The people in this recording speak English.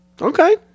Okay